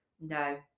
no